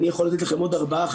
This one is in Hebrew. אני יכול לתת לכם עוד ארבעה-חמישה,